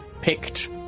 picked